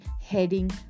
heading